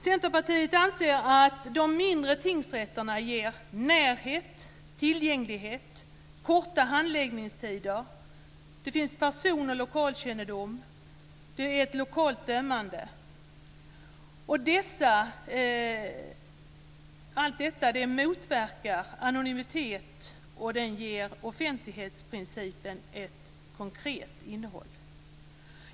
Centerpartiet anser att de mindre tingsrätterna ger närhet, tillgänglighet och korta handläggningstider. Det finns person och lokalkännedom. Det är ett lokalt dömande. Allt detta motverkar anonymitet och ger offentlighetsprincipen ett konkret innehåll.